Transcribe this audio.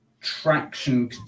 traction